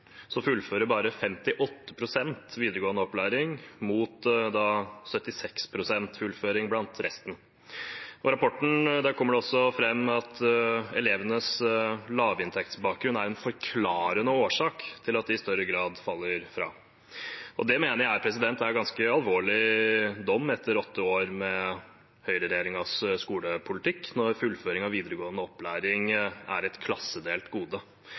fullfører bare 58 pst. videregående opplæring, mot 76 pst. fullføring blant resten. I rapporten kommer det også fram at elevenes lavinntektsbakgrunn er en forklarende årsak til at de i større grad faller fra. Jeg mener det er en ganske alvorlig dom etter åtte år med høyreregjeringens skolepolitikk at fullføring av videregående opplæring er et klassedelt gode.